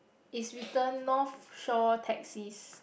is written North Shore taxis